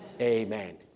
amen